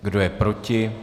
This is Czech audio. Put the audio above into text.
Kdo je proti?